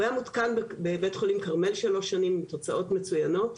הוא היה מותקן בבית החולים כרמל שלוש שנים עם תוצאות מצוינות.